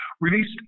released